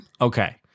Okay